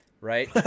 right